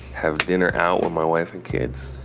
have dinner out with my wife and kids,